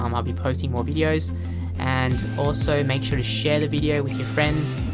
um i'll be posting more videos and also make sure the share the video with your friends.